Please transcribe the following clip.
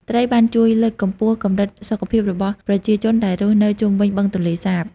ត្រីបានជួយ លើកកម្ពស់ កម្រិតសុខភាពរបស់ប្រជាជនដែលរស់នៅជុំវិញបឹងទន្លេសាប។